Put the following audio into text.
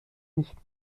nicht